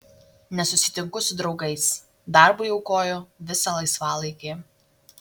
nesusitinku su draugais darbui aukoju visą laisvalaikį